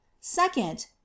Second